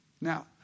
Now